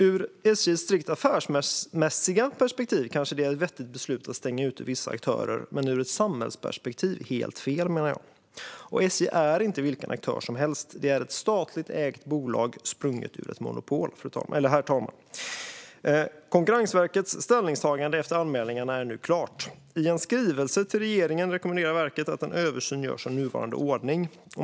Ur SJ:s strikt affärsmässiga perspektiv kanske det är ett vettigt beslut att stänga ute vissa aktörer, men ur ett samhällsperspektiv är det helt fel, menar jag. SJ är inte vilken aktör som helst. Det är ett statligt ägt bolag sprunget ur ett monopol, herr talman. Konkurrensverkets ställningstagande efter anmälningarna är nu klart. I en skrivelse till regeringen rekommenderar verket att en översyn görs av nuvarande ordning.